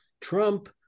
Trump